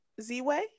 Z-Way